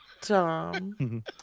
Tom